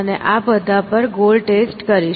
અને આ બધા પર ગોલ ટેસ્ટ કરીશ